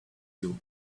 you